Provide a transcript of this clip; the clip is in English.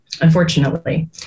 unfortunately